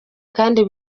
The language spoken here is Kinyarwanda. kandi